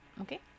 Okay